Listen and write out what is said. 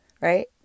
right